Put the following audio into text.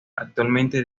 actualmente